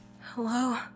Hello